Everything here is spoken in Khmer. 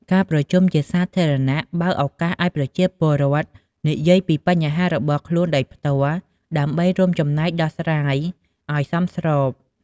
ការប្រជុំជាសាធារណៈ បើកឱកាសឲ្យប្រជាពលរដ្ឋនិយាយពីបញ្ហារបស់ខ្លួនដោយផ្ទាល់ ដើម្បីរួមចំណែកដោះស្រាយឲ្យសមស្រប។